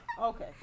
Okay